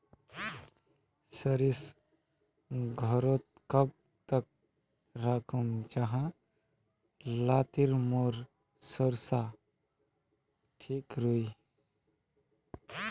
सरिस घोरोत कब तक राखुम जाहा लात्तिर मोर सरोसा ठिक रुई?